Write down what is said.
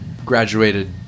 Graduated